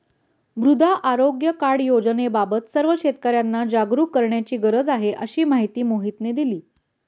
मृदा आरोग्य कार्ड योजनेबाबत सर्व शेतकर्यांना जागरूक करण्याची गरज आहे, अशी माहिती मोहितने दिली